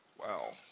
wow